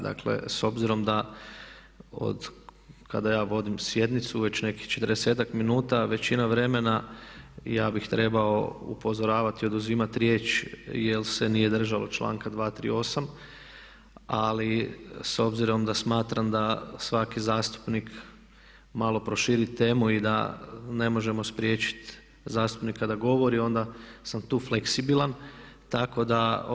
Dakle, s obzirom da kada ja vodim sjednicu već nekih 40-tak minuta većina vremena ja bih trebao upozoravati oduzimati riječ jer se nije držalo članka 238. ali s obzirom da smatram da svaki zastupnik malo proširi temu i da ne možemo spriječiti zastupnika da govori onda sam tu fleksibilan tako da.